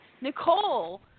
Nicole